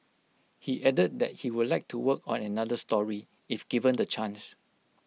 he added that he would like to work on another story if given the chance